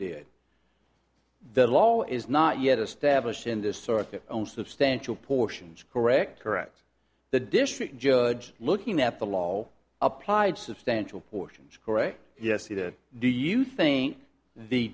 did the law is not yet established in this sort of own substantial portions correct correct the district judge looking at the law applied substantial portions correct yes he did do you think the